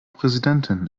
präsidentin